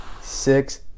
six